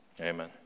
amen